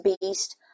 beast